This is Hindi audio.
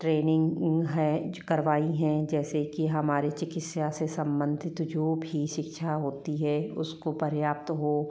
ट्रेनिंग है करवाई है जैसे कि हमारे चिकित्सा से संबंधित जो भी शिक्षा होती है उसको पर्याप्त हो